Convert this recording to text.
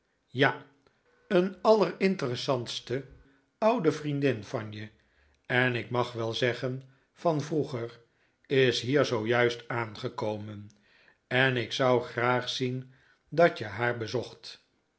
ja een allerinteressantste oude vriendin van je en ik mag wel zcggen van vroeger is hier zoo juist aangekomen en ik zou graag zien dat je haar opzocht